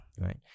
right